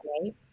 right